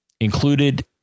Included